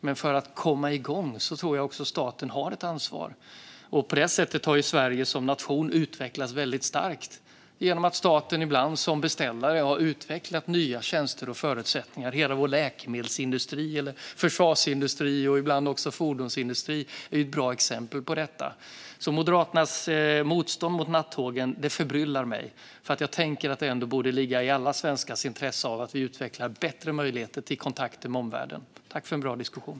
Men för att man ska komma igång tror jag att staten har ett ansvar. På det sättet har Sverige som nation utvecklats väldigt starkt. Staten har ibland som beställare utvecklat nya tjänster och förutsättningar. Hela vår läkemedelsindustri, vår försvarsindustri och ibland också fordonsindustrin är bra exempel på detta. Moderaternas motstånd mot nattågen förbryllar mig, för jag tänker att det ändå borde ligga i alla svenskars intresse att vi utvecklar bättre möjligheter till kontakter med omvärlden. Tack för en bra diskussion!